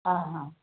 હા હા